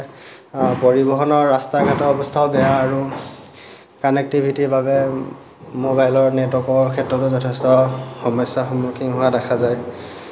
পৰিবহনৰ ৰাস্তা ঘাতৰ অৱস্থাও বেয়া আৰু কানেক্টিভিটিৰ বাবে মোবাইলৰ নেটৱৰ্কৰ ক্ষেত্ৰতো যথেষ্ট সমস্যা সন্মুখীন হোৱা দেখা যায়